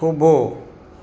થોભો